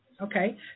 okay